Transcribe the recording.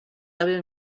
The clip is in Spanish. ave